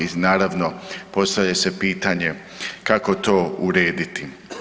I naravno postavlja se pitanje, kako to urediti?